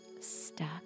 stuck